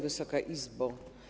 Wysoka Izbo!